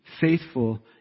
faithful